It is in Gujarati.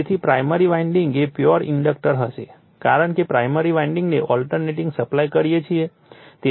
તેથી પ્રાઇમરી વાઇન્ડિંગ એ પ્યોર ઇન્ડક્ટર હશે કારણ કે પ્રાઇમરી વાઇન્ડિંગને ઓલ્ટરનેટીંગ સપ્લાય આપીએ છીએ